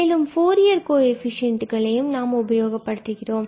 மேலும் ஃபூரியர் கோஎஃபிசியண்ட்டுகளையும் நாம் உபயோகப்படுத்துகிறோம்